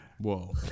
Whoa